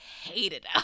hated